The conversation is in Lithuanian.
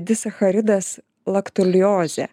disacharidas laktuliozė